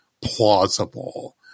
plausible